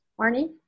Arnie